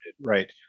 right